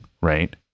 right